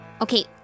Okay